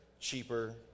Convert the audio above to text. cheaper